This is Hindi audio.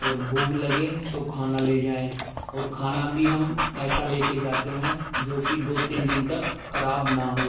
और भूख लगे तो खाना ले जाएँ और खाना भी हम ऐसा लेकर जाते हैं जो कि दो तीन दिन तक ख़राब न हो